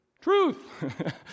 Truth